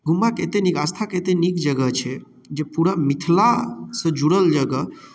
घुमबाक एते नीक आस्था के एते नीक जगह छै जे पूरा मिथिला सँ जुड़ल जगह